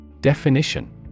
Definition